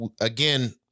Again